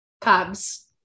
cubs